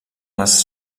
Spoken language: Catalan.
les